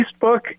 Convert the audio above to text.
Facebook